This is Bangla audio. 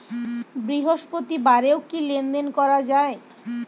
বৃহস্পতিবারেও কি লেনদেন করা যায়?